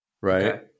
right